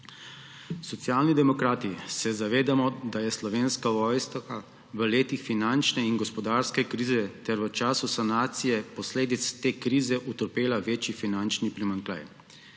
Socialni demokrati se zavedamo, da je Slovenska vojska v letih finančne in gospodarske krize ter v času sanacije posledic te krize utrpela večji finančni primanjkljaj.